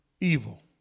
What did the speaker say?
evil